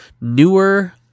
newer